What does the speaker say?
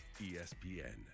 espn